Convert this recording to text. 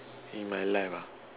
in my life ah